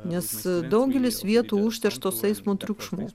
nes daugelis vietų užterštos eismo triukšmu